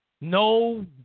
No